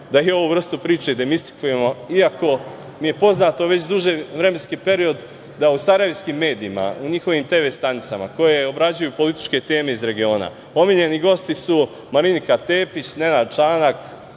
da i ovu vrstu priče demistifikujemo, iako mi je poznato već duži vremenski period da u sarajevskim medijima, u njihovim televizijskim stanicama koje obrađuju političke teme iz regiona, omiljeni gosti su Marinika Tepić, Nenad Čanak,